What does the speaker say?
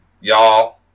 y'all